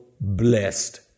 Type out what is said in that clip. blessed